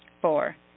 Four